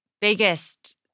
biggest